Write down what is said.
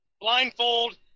blindfold